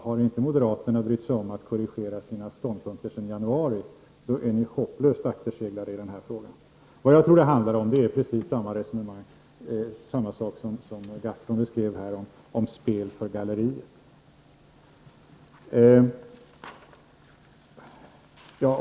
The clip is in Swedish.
Har inte moderaterna brytt sig om att korrigera sina ståndpunkter sedan januari, då är ni hopplöst akterseglade i den här frågan. Vad jag tror att det handlar om är precis samma sak som Per Gahrton beskrev som spel för galleriet.